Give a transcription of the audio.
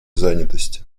занятости